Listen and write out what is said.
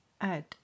Add